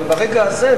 אבל ברגע הזה,